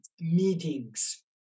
Meetings